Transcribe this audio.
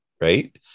Right